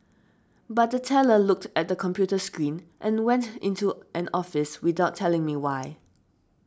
but the teller looked at the computer screen and went into an office without telling me why